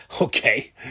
Okay